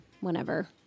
whenever